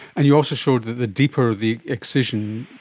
and you also showed that the deeper the excision,